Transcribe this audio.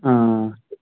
آ آ